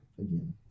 again